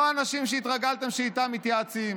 לא האנשים שהתרגלתם שאיתם מתייעצים,